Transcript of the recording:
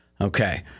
Okay